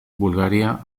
bulgaria